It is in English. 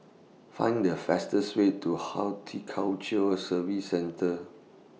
Find The fastest Way to Horticulture Services Centre